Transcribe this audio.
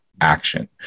action